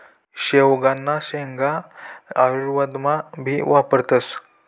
शेवगांना शेंगा आयुर्वेदमा भी वापरतस